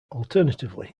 alternatively